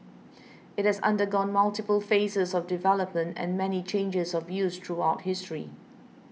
it has undergone multiple phases of development and many changes of use throughout history